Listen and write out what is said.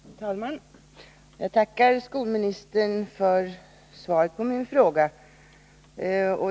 Herr talman! Jag tackar skolministern för svaret på min fråga.